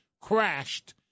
crashed